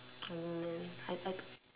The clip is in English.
I mean I I